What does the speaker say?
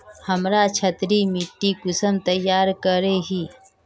हमार क्षारी मिट्टी कुंसम तैयार करोही?